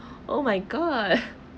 oh my god